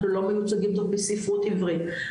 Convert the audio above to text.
אנחנו לא מיוצגים טוב בספרות עברית,